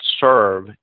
serve